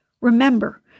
Remember